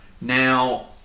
Now